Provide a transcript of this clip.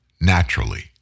naturally